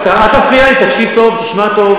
אתה אל תפריע לי, תקשיב טוב, תשמע טוב.